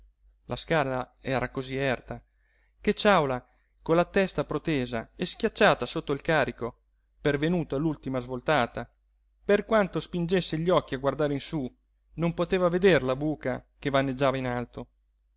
la scala era cosí erta che ciàula con la testa protesa e schiacciata sotto il carico pervenuto all'ultima svoltata per quanto spingesse gli occhi a guardare in sú non poteva veder la buca che vaneggiava in alto